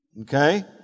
Okay